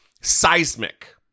seismic